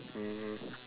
mmhmm